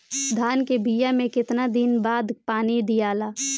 धान के बिया मे कितना दिन के बाद पानी दियाला?